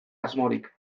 asmorik